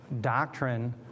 doctrine